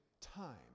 time